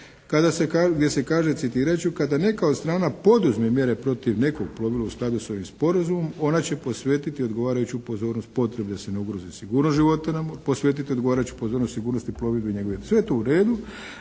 gdje se kaže citirat ću: “Kada neka od strana poduzme mjere protiv nekog plovila u skladu s ovim sporazumom ona će posvetiti odgovarajuću pozornost potrebe da se ne ugrozi sigurnost života na moru, posvetiti odgovarajuću pozornost sigurnosti plovidbe i njegove.“ Sve je to u redu.